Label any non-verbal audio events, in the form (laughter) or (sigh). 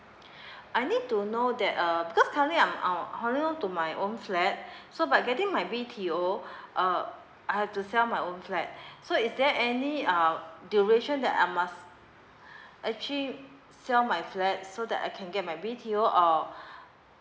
(breath) I need to know that uh because currently I'm to my own flat (breath) so by getting my B_T_O uh I have to sell my own flat (breath) so is there any uh duration that I must actually sell my flat so that I can get my B_T_O or (breath)